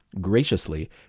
graciously